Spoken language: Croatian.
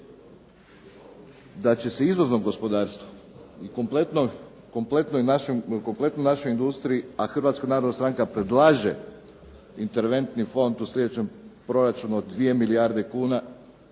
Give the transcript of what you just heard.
da će se izvozom gospodarstva i kompletnoj našoj industriji a Hrvatska narodna stranka predlaže interventni fond u slijedećem proračunu od 2 milijarde kuna